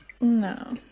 No